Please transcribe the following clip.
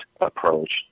approach